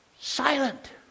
silent